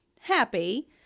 happy